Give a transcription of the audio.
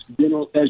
General